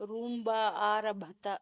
Roomba आरभत